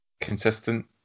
consistent